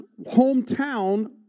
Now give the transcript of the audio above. hometown